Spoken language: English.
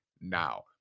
now